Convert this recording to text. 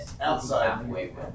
outside